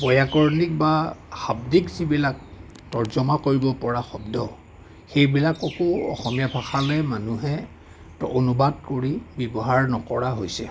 বৈয়াকৰণীক বা শাব্দিক যিবিলাক তৰ্য্যমা কৰিব পৰা শব্দ সেইবিলাককো অসমীয়া ভাষালৈ মানুহে অনুবাদ কৰি ব্যৱহাৰ নকৰা হৈছে